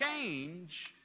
change